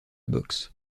boxe